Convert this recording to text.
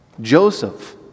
Joseph